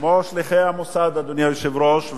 כמו שליחי המוסד, אדוני היושב-ראש,